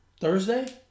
Thursday